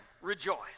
rejoice